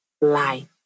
life